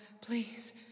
please